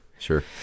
sure